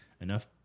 Enough